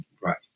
right